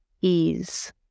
ease